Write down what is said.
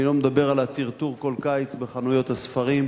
אני לא מדבר על הטרטור כל קיץ בחנויות הספרים,